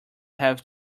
have